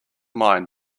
mind